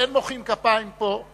אין מוחאים כפיים פה,